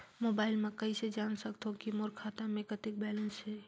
Mobile म कइसे जान सकथव कि मोर खाता म कतेक बैलेंस से?